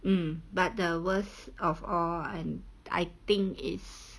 mm but the worst of all and I think is